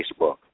Facebook